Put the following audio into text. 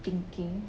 thinking